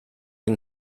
yng